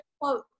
quote